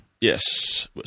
Yes